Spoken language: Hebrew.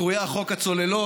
הקרויה "חוק הצוללות",